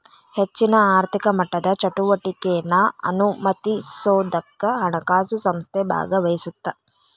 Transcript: ಹೆಚ್ಚಿನ ಆರ್ಥಿಕ ಮಟ್ಟದ ಚಟುವಟಿಕೆನಾ ಅನುಮತಿಸೋದಕ್ಕ ಹಣಕಾಸು ಸಂಸ್ಥೆ ಭಾಗವಹಿಸತ್ತ